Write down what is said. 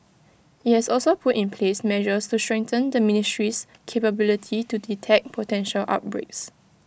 IT has also put in place measures to strengthen the ministry's capability to detect potential outbreaks